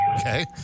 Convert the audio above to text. Okay